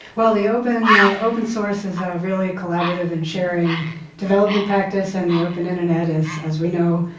well, the open ah open source is a really collaborative and sharing development practice, and the open internet is, as we know,